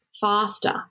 faster